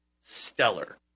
stellar